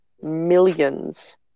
millions